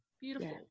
Beautiful